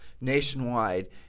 nationwide